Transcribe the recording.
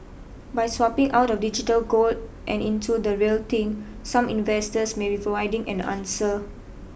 by swapping out of digital gold and into the real thing some investors may be providing an answer